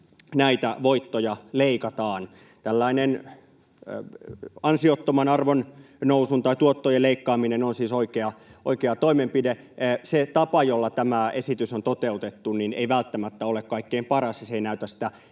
näitä voittoja leikataan. Tällainen ansiottomien tuottojen leikkaaminen on siis oikea toimenpide. Se tapa, jolla tämä esitys on toteutettu, ei välttämättä ole kaikkein paras, ja se ei näytä sitä